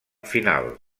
final